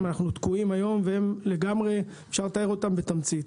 אנחנו תקועים היום ואפשר לתאר אותם בתמצית.